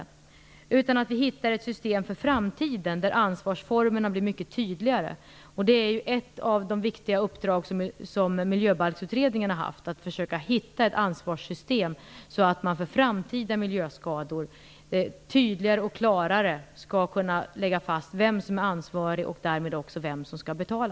I stället måste vi hitta ett system för framtiden där ansvarsformerna blir mycket tydligare. Det är också ett av de viktiga uppdrag som Miljöbalksutredningen har haft: att försöka hitta ett ansvarssystem så att man vid framtida miljöskador tydligare och klarare skall kunna lägga fast vem som är ansvarig och därmed också vem som skall betala.